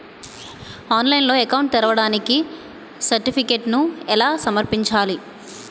ఆన్లైన్లో అకౌంట్ ని తెరవడానికి సర్టిఫికెట్లను ఎలా సమర్పించాలి?